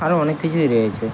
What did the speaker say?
আরও অনেক কিছুই রয়েছে